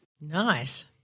Nice